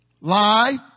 Lie